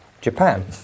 Japan